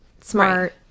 Smart